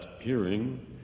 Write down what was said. hearing